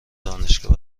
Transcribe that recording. دانشگاه